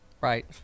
Right